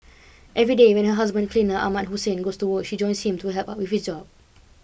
every day when her husband cleaner Ahmad Hussein goes to work she joins him to help out with his job